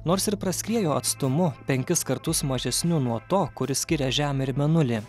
nors ir praskriejo atstumu penkis kartus mažesniu nuo to kuris skiria žemę ir mėnulį